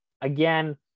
Again